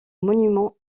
monuments